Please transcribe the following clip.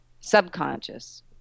subconscious